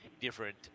different